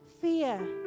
Fear